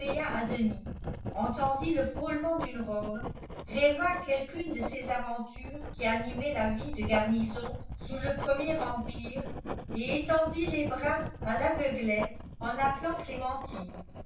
à demi entendit le frôlement d'une robe rêva quelqu'une de ces aventures qui animaient la vie de garnison sous le premier empire et étendit les bras à l'aveuglette en appelant clémentine